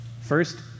First